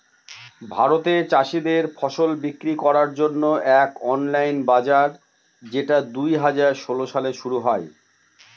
ভারতে চাষীদের ফসল বিক্রি করার জন্য এক অনলাইন বাজার যেটা দুই হাজার ষোলো সালে শুরু হয়